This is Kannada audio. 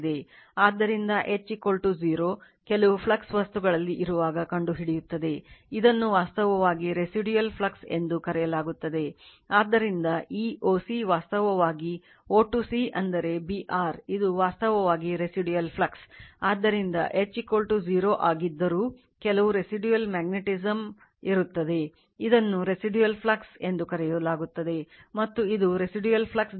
ಆದ್ದರಿಂದ H 0 ಕೆಲವು ಫ್ಲಕ್ಸ್ ವಸ್ತುಗಳಲ್ಲಿ ಇರುವಾಗ ಕಂಡುಹಿಡಿಯುತ್ತದೆ ಇದನ್ನು ವಾಸ್ತವವಾಗಿ residual